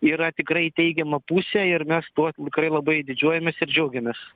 yra tikrai į teigiamą pusę ir mes tuo tikrai labai didžiuojamės ir džiaugiamės